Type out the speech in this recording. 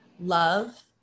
love